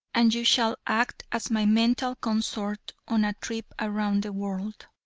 and you shall act as my mental consort on a trip around the world.